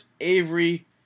Avery